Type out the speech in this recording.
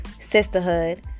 sisterhood